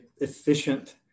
efficient